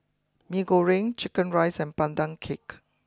Mee Goreng Chicken Rice and Pandan Cake